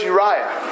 Uriah